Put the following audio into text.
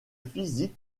physique